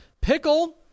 pickle